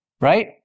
Right